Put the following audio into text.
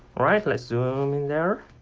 alright, let's zoom in there.